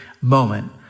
moment